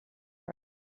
her